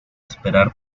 esperar